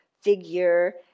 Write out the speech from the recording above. figure